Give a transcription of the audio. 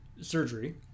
surgery